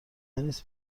نیست